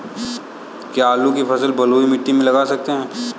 क्या आलू की फसल बलुई मिट्टी में लगा सकते हैं?